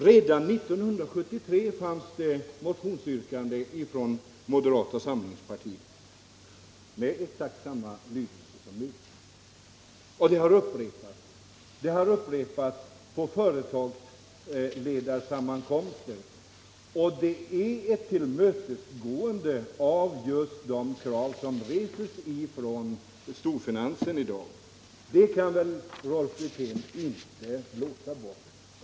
Redan 1973 hade moderata samlingspartiet ett motionsyrkande med exakt samma lydelse som nu, och det upprepades sedan på olika företagsledarsammankomster. Det är ett tillmötesgående av just de krav som i dag reses från storfinansen. Det kan väl Rolf Wirtén inte sålla bort.